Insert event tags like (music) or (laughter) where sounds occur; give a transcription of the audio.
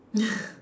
(laughs)